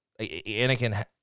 Anakin